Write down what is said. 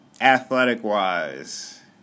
athletic-wise